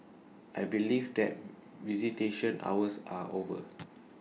I believe that visitation hours are over